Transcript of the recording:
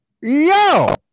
yo